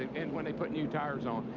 and when they put new tires on.